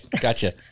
Gotcha